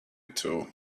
too